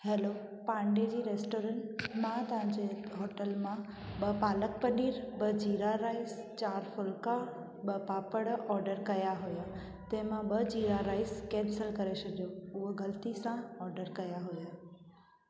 hello Pandey ji restaurant मां तव्हांजे hotel मां ॿ पालक पनीर ॿ जीरा राइस चारि फुलिका ॿ पापड़ ऑडर कयां हुआ तंहिंमां ॿ जीरा राइस कैंसिल करे छॾियो उहा ग़लती सां ऑडरु कया हुआ